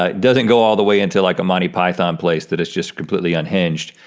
ah doesn't go all the way into like a monty python place that it's just completely unhinged.